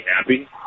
happy